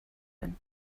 been